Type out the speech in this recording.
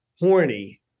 horny